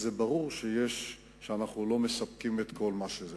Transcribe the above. ברור שאנו לא מספקים את כל מה שצריך.